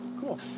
Cool